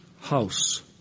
house